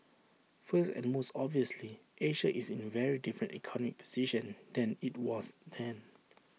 first and most obviously Asia is in very different economic position than IT was then